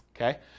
okay